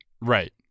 Right